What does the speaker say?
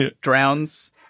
drowns